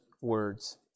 words